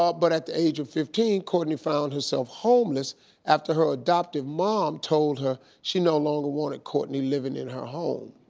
ah but at the age of fifteen, courtney found herself homeless after her adoptive mom told her, she no longer wanted courtney living in her home.